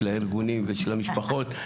של הארגונים ושל המשפחות.